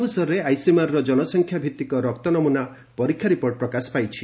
ଏହି ଅବସରରେ ଆଇସିଏମ୍ଆର୍ର ଜନସଂଖ୍ୟା ଭିଭିକ ରକ୍ତ ନମୁନା ପରୀକ୍ଷା ରିପୋର୍ଟ ପ୍ରକାଶ ପାଇଛି